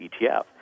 ETF